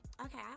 Okay